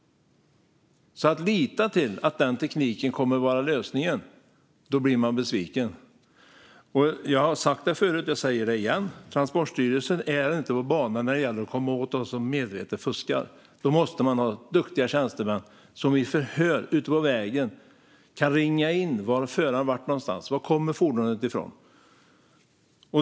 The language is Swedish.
Om man litar till att denna teknik kommer att vara lösningen blir man besviken. Jag har sagt detta förut, och jag säger det igen: Transportstyrelsen är inte på banan när det gäller att komma åt dem som medvetet fuskar. Då måste man ha duktiga tjänstemän som vid förhör ute på vägen kan ringa in var föraren har varit. Var kommer fordonet från?